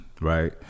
right